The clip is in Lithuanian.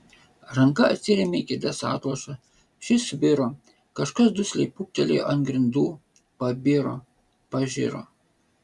ranka atsirėmė į kėdės atlošą šis sviro kažkas dusliai pūptelėjo ant grindų pabiro pažiro